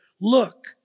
Look